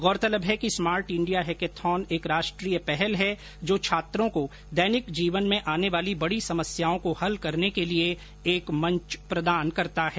गौरतलब है कि स्मार्ट इंडिया हैकाथॉन एक राष्ट्रव्यापी पहल है जो छात्रों को दैनिक जीवन में आने वाली बडी समस्याओं को हल करने के लिए एक मंच प्रदान करता है